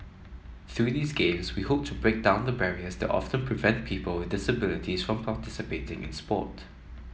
through these games we hope to break down the barriers that often prevent people with disabilities from participating in sport